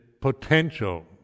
potential